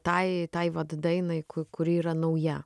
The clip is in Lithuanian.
tai tai vat dainai ku kuri yra nauja